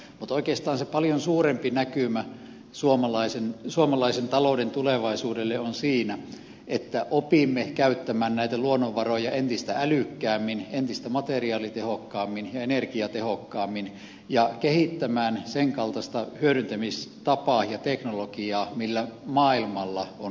mutta oikeastaan se paljon suurempi näkymä suomalaisen talouden tulevaisuudelle on siinä että opimme käyttämään näitä luonnonvaroja entistä älykkäämmin entistä materiaalitehokkaammin ja energiatehokkaammin ja kehittämään sen kaltaista hyödyntämistapaa ja teknologiaa mille maailmalla on kysyntää